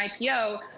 IPO